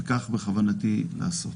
וכך בכוונתי לעשות.